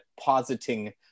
positing